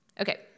Okay